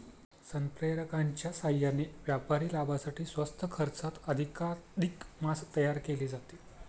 संप्रेरकांच्या साहाय्याने व्यापारी लाभासाठी स्वस्त खर्चात अधिकाधिक मांस तयार केले जाते